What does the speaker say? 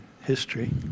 history